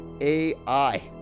AI